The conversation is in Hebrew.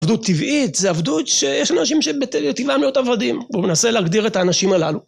עבדות טבעית זה עבדות שיש אנשים שבטבעם להיות עבדים, הוא מנסה להגדיר את האנשים הללו.